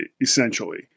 essentially